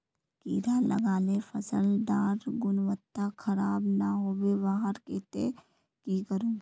कीड़ा लगाले फसल डार गुणवत्ता खराब ना होबे वहार केते की करूम?